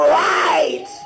right